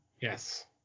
Yes